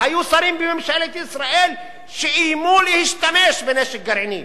והיו שרים בממשלת ישראל שאיימו להשתמש בנשק גרעיני.